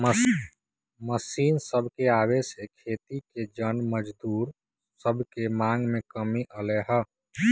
machine सभके आबे से खेती के जन मजदूर सभके मांग में कमी अलै ह